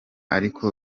ariko